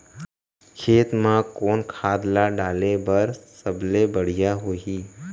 खेत म कोन खाद ला डाले बर सबले बढ़िया होही?